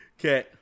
Okay